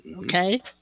Okay